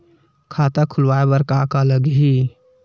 खाता खुलवाय बर का का लगही?